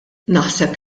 naħseb